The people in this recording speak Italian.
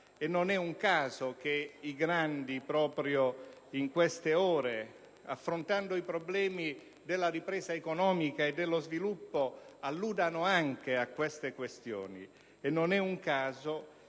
non è un caso che i grandi Paesi, proprio in queste ore, affrontando i problemi della ripresa economica e dello sviluppo, alludano anche a tali questioni; così come non è un caso